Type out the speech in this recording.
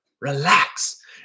relax